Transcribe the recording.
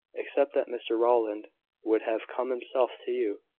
except that mr rowland would have come himself to you,